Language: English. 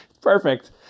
Perfect